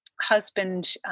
husband